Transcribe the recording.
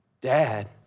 Dad